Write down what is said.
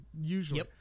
usually